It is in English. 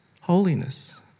holiness